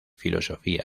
filosofía